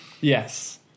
Yes